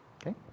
Okay